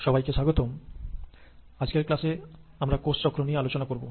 সবাইকে স্বাগতম আজকের ক্লাসে আমরা কোষচক্র নিয়ে আলোচনা করব